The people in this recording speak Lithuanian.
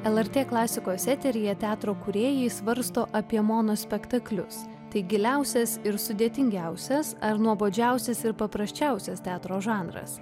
lrt klasikos eteryje teatro kūrėjai svarsto apie monospektaklius tai giliausias ir sudėtingiausias ar nuobodžiausias ir paprasčiausias teatro žanras